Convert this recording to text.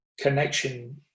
connection